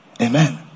Amen